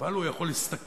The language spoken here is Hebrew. אבל יכול להשתכר.